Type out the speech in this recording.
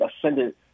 ascended –